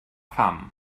pham